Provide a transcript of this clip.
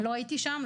לא הייתי שם,